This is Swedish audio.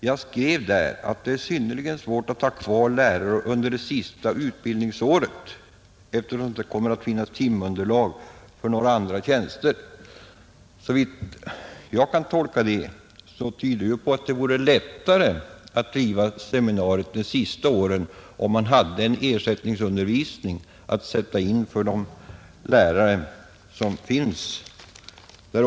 Jag skrev där att det är synnerligen svårt att ha kvar lärare under sista utbildningsåret eftersom det inte kommer att finnas timunderlag för några hela tjänster.” Såvitt jag förstår tyder det på att det vore lättare att driva seminariet de sista åren om man hade en ersättningsundervisning att sätta in för de lärare som finns där.